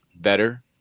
better